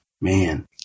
Man